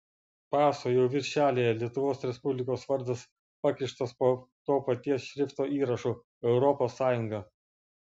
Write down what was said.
paso jau viršelyje lietuvos respublikos vardas pakištas po to paties šrifto įrašu europos sąjunga